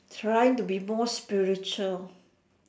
trying to be more spiritual